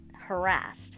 harassed